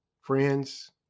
friends